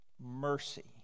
mercy